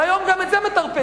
והיום גם את זה מטרפדים.